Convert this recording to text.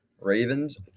Ravens